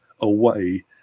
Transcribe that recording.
away